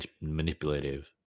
manipulative